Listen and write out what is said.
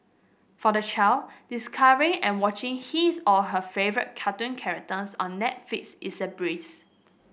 for the child discovering and watching his or her favourite cartoon characters on Netflix is a breeze